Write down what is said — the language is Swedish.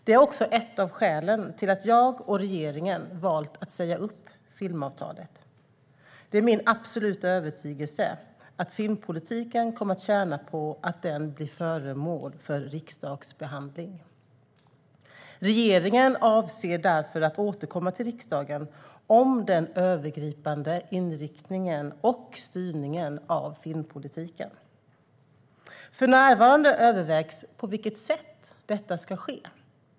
Det är också ett av skälen till att jag och regeringen har valt att säga upp filmavtalet. Det är min absoluta övertygelse att filmpolitiken kommer att tjäna på att den blir föremål för riksdagsbehandling. Regeringen avser därför att återkomma till riksdagen om den övergripande inriktningen och styrningen av filmpolitiken. För närvarande övervägs på vilket sätt detta ska ske.